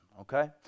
Okay